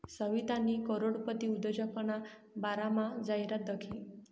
सवितानी करोडपती उद्योजकना बारामा जाहिरात दखी